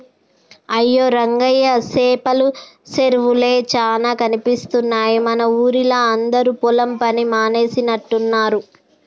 అయ్యో రంగయ్య సేపల సెరువులే చానా కనిపిస్తున్నాయి మన ఊరిలా అందరు పొలం పని మానేసినట్టున్నరు